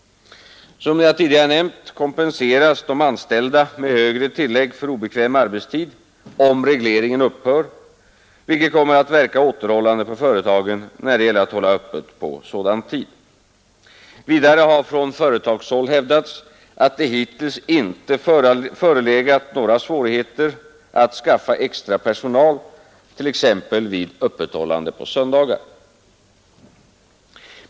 Som tidigare nämnts kompenseras de anställda med högre tillägg för obekväm arbetstid om regleringen upphör, vilket kommer att verka återhållande på företagen när det gäller att hålla öppet på sådan tid. Vidare har från företagshåll hävdats, att det hittills inte förelegat några svårigheter att skaffa extra personal, t.ex. vid öppethållande på söndagar.